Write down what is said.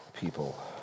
people